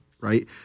right